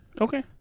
okay